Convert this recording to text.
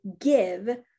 give